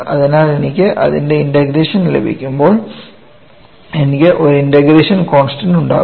അതിനാൽ എനിക്ക് അതിന്റെ ഇൻറഗ്രേഷൻ ലഭിക്കുമ്പോൾ എനിക്ക് ഒരു ഇൻറഗ്രേഷൻ കോൺസ്റ്റൻസ് ഉണ്ടാകും